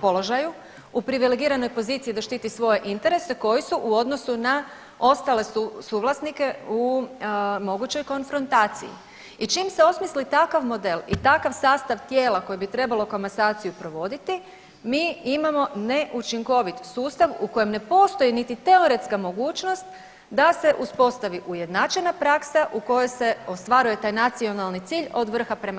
položaju, u privilegiranoj poziciji da štiti svoje interese koji su u odnosu na ostale suvlasnike u mogućoj konfrontaciji i čim se osmisli takav model i takav sastav tijela koji bi trebao komasaciju provoditi mi imamo neučinkovit sustav u kojem ne postoji niti teoretska mogućnost da se uspostavi ujednačena praksa u kojoj se ostvaruje taj nacionalni cilj od vrha prema